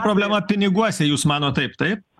problema piniguose jūs manote taip taip